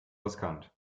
riskant